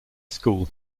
school